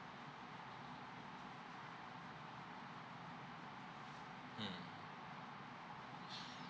mm